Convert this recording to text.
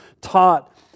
taught